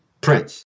Prince